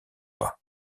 pas